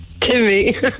Timmy